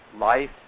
life